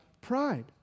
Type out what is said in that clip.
pride